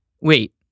Wait